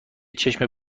چشم